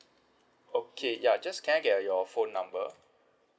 okay ya just can I get your phone number